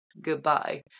goodbye